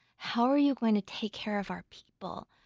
how are you going to take care of our people?